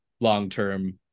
long-term